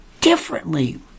Differently